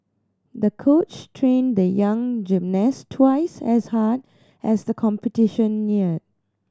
the coach trained the young gymnast twice as hard as the competition neared